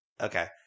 okay